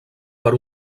per